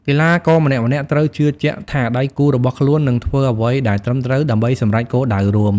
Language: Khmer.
កីឡាករម្នាក់ៗត្រូវជឿជាក់ថាដៃគូរបស់ខ្លួននឹងធ្វើអ្វីដែលត្រឹមត្រូវ ដើម្បីសម្រេចគោលដៅរួម។